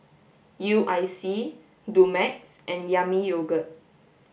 U I C Dumex and yami yogurt